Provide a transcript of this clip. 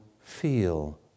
feel